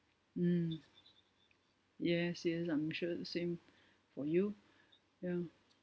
mm yes yes I'm sure the same for you ya